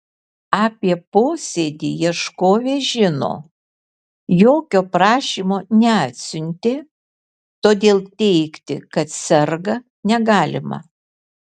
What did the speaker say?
apie posėdį ieškovė žino jokio prašymo neatsiuntė todėl teigti kad serga negalima